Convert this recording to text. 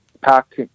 pack